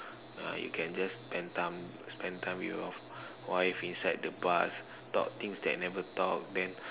ah you can just spend time spend time with your wife inside the bus talk things that never talk then